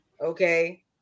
Okay